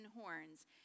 horns